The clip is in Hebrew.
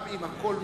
גם אם הכול מוצדק,